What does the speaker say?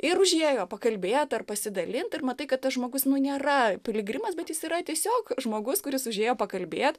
ir užėjo pakalbėt ar pasidalint ir matai kad tas žmogus nėra piligrimas bet jis yra tiesiog žmogus kuris užėjo pakalbėt